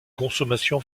consommation